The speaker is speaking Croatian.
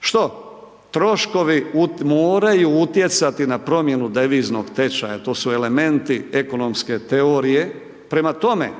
Što? Troškovi moraju utjecati na promjenu deviznog tečaja. To su elementi ekonomske teorije. Prema tome,